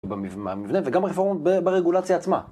וגם רפורמה ברגולציה עצמה.